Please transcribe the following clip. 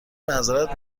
معذرت